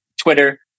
Twitter